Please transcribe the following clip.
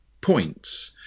points